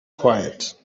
quiet